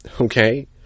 Okay